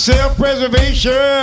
Self-preservation